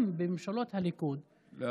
גם ממשלות הליכוד, לא לא לא.